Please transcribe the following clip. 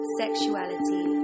sexuality